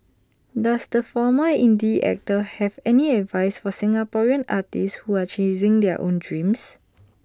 does the former indie actor have any advice for Singaporean artists who are chasing their own dreams